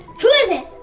who is it?